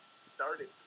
started